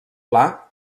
pla